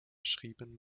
schrieben